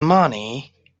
money